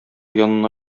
янына